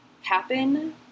happen